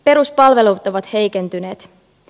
peruspalvelut ovat heikentyneet